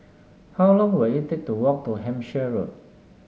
how long will it take to walk to Hampshire Road